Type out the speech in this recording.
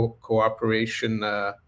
Cooperation